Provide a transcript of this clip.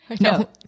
No